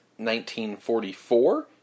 1944